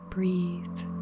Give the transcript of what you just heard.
Breathe